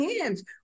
hands